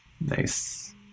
Nice